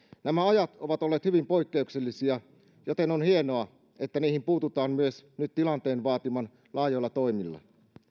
nämä ajat ovat olleet hyvin poikkeuksellisia joten on hienoa että niihin nyt myös puututaan tilanteen vaatimilla laajoilla toimilla